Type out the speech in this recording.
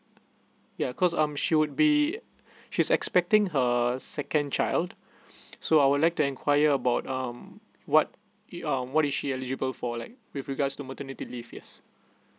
yeah cause um she would be she's expecting her second child so I would like to inquire about um what uh what is she eligible for like with regards to maternity leave yes